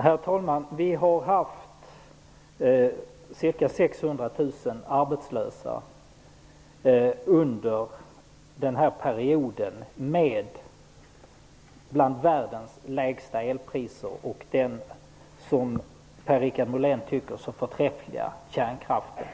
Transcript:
Herr talman! Vi har haft ca 600 000 arbetslösa under en period när vi har haft bland världens lägsta elpriser och den, som Per-Richard Molén tycker, så förträffliga kärnkraften.